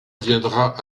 viendra